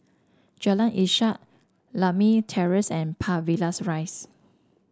Jalan Ishak Lakme Terrace and Park Villas Rise